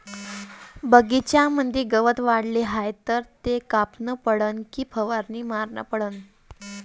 बगीच्यामंदी गवत वाढले हाये तर ते कापनं परवडन की फवारा मारनं परवडन?